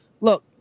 Look